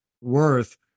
Worth